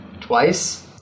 Twice